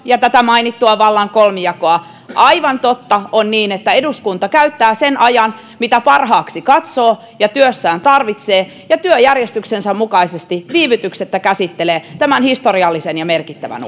ja tätä mainittua vallan kolmijakoa aivan totta on se että eduskunta käyttää sen ajan minkä parhaaksi katsoo ja työssään tarvitsee ja työjärjestyksensä mukaisesti viivytyksettä käsittelee tämän historiallisen ja merkittävän